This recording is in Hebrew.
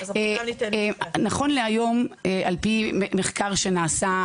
נכון להיום על פי מחקר שנעשה,